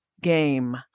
game